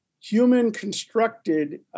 human-constructed